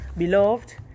Beloved